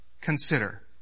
Consider